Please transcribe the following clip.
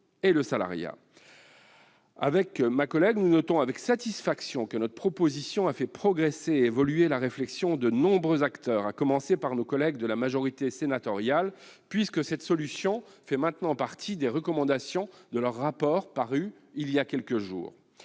existant. Ma collègue et moi-même notons avec satisfaction que notre proposition a fait progresser et évoluer la réflexion de nombreux acteurs, à commencer par nos collègues de la majorité sénatoriale, puisque cette solution fait partie des recommandations de leur rapport paru il y a quelques jours.